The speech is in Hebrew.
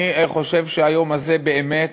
אני חושב שהיום הזה באמת